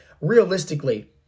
realistically